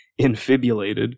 infibulated